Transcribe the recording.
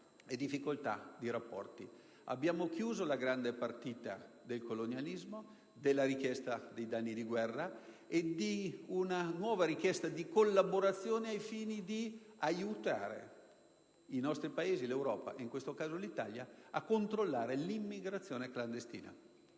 difficoltà di relazione. Abbiamo chiuso la grande partita del colonialismo, della richiesta dei danni di guerra e abbiamo avanzato una nuova richiesta di collaborazione al fine di aiutare l'Europa, in questo caso l'Italia, a controllare l'immigrazione clandestina.